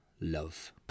Love